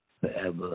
forever